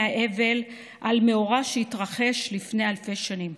האבל על מאורע שהתרחש לפני אלפי שנים.